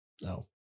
No